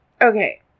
Okay